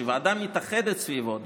שוועדה מתאחדת סביבו,